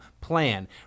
plan